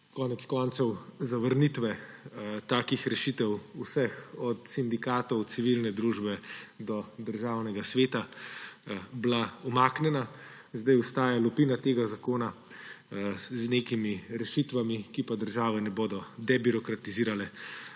konec koncev zaradi zavrnitve takih rešitev vseh, od sindikatov, civilne družbe do Državnega sveta, bila umaknjena. Zdaj ostaja lupina tega zakona, z nekimi rešitvami, ki pa države ne bodo debirokratizirale,